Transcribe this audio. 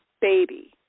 baby